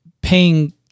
paying